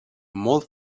molt